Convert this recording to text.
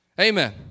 Amen